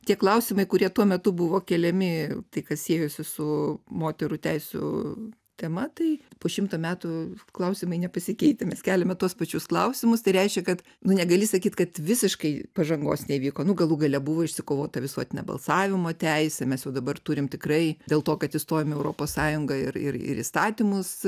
tie klausimai kurie tuo metu buvo keliami tai kas siejosi su moterų teisių tema tai po šimto metų klausimai nepasikeitė mes keliame tuos pačius klausimus tai reiškia kad nu negali sakyt kad visiškai pažangos neįvyko nu galų gale buvo išsikovota visuotinė balsavimo teisė mes jau dabar turim tikrai dėl to kad įstojom į europos sąjungą ir ir įstatymus